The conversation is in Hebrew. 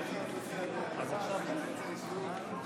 (תיקוני חקיקה) התשפ"ג 2023,